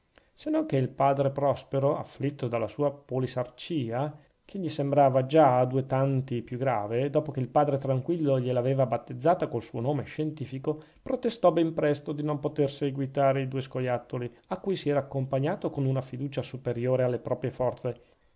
caverna senonchè il padre prospero afflitto dalla sua polisarcìa che gli sembrava già due tanti più grave dopo che il padre tranquillo gliel'aveva battezzata col suo nome scientifico protestò ben presto di non poter seguitare i due scoiattoli a cui si era accompagnato con una fiducia superiore alle proprie forze